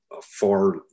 far